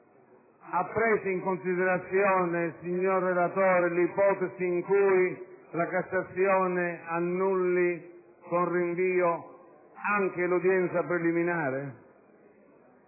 Ha preso in considerazione, signor relatore, l'ipotesi in cui la Cassazione annulli con rinvio anche l'udienza preliminare,